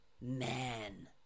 Man